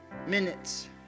minutes